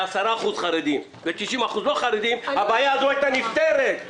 10% חרדים, 90% לא חרדים, הבעיה הזאת הייתה נפתרת.